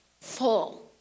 Full